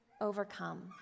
overcome